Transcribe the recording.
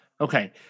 Okay